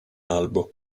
albo